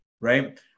right